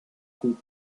cook